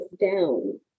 down